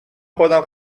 خودم